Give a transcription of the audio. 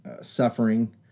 suffering